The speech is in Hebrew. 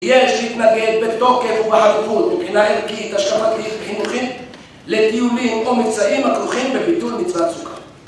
יש להתנגד בתוקף ובחריפות, מבחינה ערכית, השקפתית וחינוכית, לדיונים או מבצעים הכרוכים בביטול מצוות סוכה.